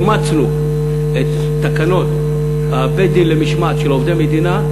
אימצנו את תקנות בית-דין למשמעת של עובדי מדינה,